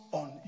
on